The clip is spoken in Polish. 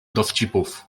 dowcipów